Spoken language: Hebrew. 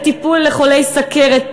לטיפול בחולי סוכרת.